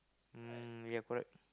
mm ya correct